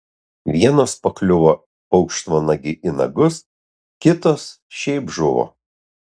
vienos pakliuvo paukštvanagiui į nagus kitos šiaip žuvo